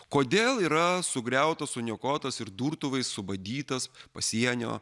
kodėl yra sugriautas suniokotas ir durtuvais subadytas pasienio